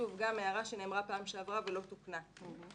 זו גם הערה שנאמרה פעם שעברה ולא תוקנה.